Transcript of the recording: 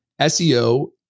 SEO